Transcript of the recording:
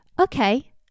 okay